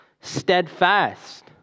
steadfast